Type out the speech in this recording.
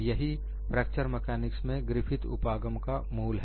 यही fracture mechanics में Griffith उपागम का मूल है